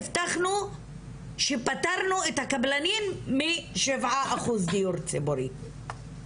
הבטחנו שפתרנו את הקבלנים משבעה אחוז דיור ציבורי,